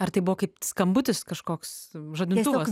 ar tai buvo kaip skambutis kažkoks žadintuvas